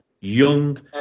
young